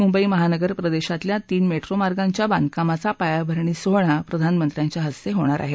मुंबई महानगर प्रदेशातल्या तीन मेट्रो मार्गांच्या बांधकामाचा पायाभरणी सोहळा प्रधानमंत्र्यांच्या हस्ते होणार आहे